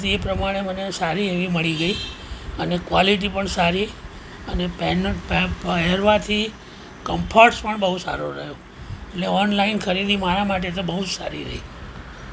જણાવી હતી એ પ્રમાણે મને સારી એવી મળી ગઈ અને ક્વોલિટી પણ સારી અને પહેરવાથી કમ્ફર્ટસ પણ બહુ સારો રહ્યો એટલે ઓનલાઈન ખરીદી મારા માટે તો બહુ જ સારી રહી